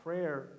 Prayer